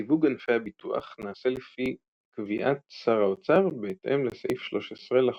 סיווג ענפי הביטוח נעשה לפי קביעת שר האוצר בהתאם לסעיף 13 לחוק.